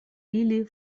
ili